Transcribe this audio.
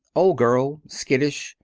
old girl. skittish.